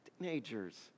Teenagers